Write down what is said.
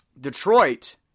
Detroit